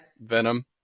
venom